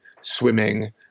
swimming